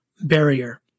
barrier